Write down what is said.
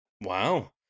Wow